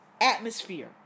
Atmosphere